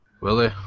Willie